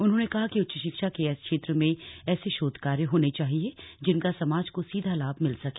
उन्होंने कहा कि उच्च शिक्षा के क्षेत्र में ऐसे शोध कार्य होने चाहिए जिनका समाज को सीधा लाभ मिल सके